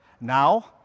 Now